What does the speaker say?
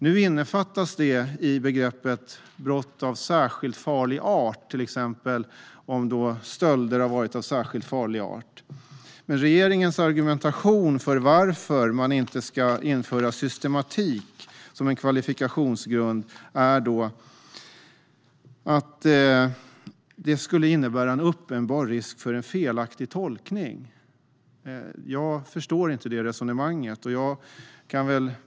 Nu innefattas detta i begreppet "brott av särskilt farlig art". Det gäller exempelvis om stölder har varit av särskilt farlig art. Regeringens argumentation för varför systematik inte ska införas som kvalifikationsgrund är att det skulle innebära en uppenbar risk för felaktig tolkning. Jag förstår inte detta resonemang.